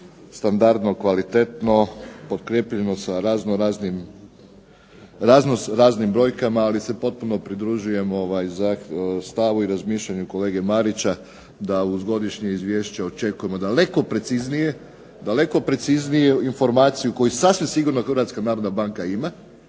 standardno, kvalitetno potkrijepljeno sa razno raznim brojkama. Ali se potpuno pridružujem stavu i razmišljanju kolege Marića da uz godišnje izvješće očekujemo daleko preciznije informaciju koju sasvim sigurno Hrvatska